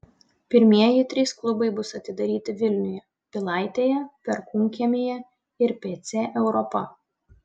pirmieji trys klubai bus atidaryti vilniuje pilaitėje perkūnkiemyje ir pc europa